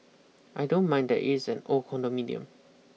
I don't mind that it is an old condominium